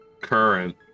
Current